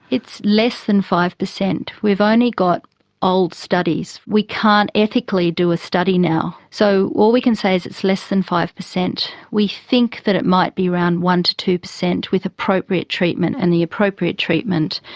it's less than five percent. we've only got old studies, we can't ethically do a study now. so all we can say is it's less than five percent. we think that it might be around one percent to two percent with appropriate treatment, and the appropriate treatment,